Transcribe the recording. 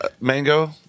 mango